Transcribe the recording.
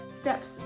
steps